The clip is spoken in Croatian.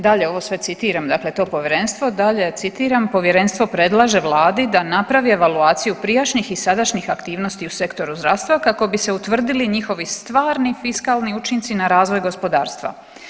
Dalje, ovo sve citiram dakle to povjerenstvo, dakle citiram, povjerenstvo predlaže vladi da napravi evaluaciju prijašnjih i sadašnjih aktivnosti u sektoru zdravstva kako bi se utvrdili njihovi stvari fiskalni učinci na razvoj gospodarstva.